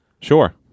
Sure